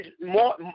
more